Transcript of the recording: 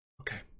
Okay